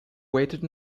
waited